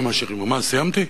מה, סיימתי?